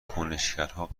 کنشگرها